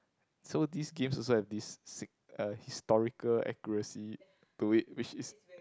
so these games also have this sick uh historical accuracy to it which is